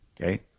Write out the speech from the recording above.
Okay